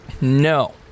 No